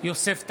יוסף טייב,